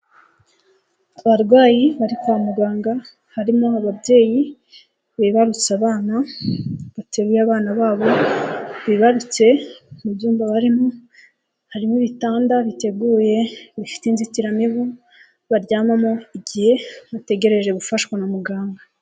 Abarwayi bari kwa muganga, harimo ababyeyi bibarutse abana, bateruye abana babo bibarutse, mu byumba barimo ,harimo ibitanda biteguye bifite inzitiramibu baryamamo, igihe bategereje gufashwa na muganga.